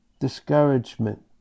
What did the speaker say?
discouragement